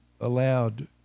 allowed